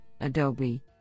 Adobe